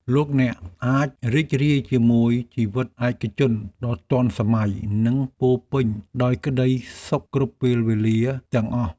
លោកអ្នកអាចរីករាយជាមួយជីវិតឯកជនដ៏ទាន់សម័យ និងពោរពេញដោយក្តីសុខគ្រប់ពេលវេលាទាំងអស់។